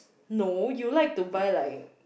no you like to buy like